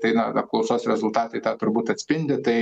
tai na apklausos rezultatai tą turbūt atspindi tai